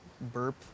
burp